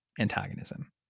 antagonism